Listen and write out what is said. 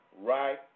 right